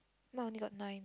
mine only got nine